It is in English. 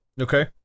Okay